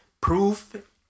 proof